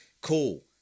cool